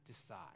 decide